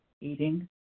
eating